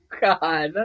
god